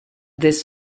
this